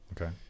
okay